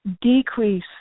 decrease